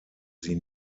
sie